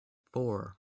four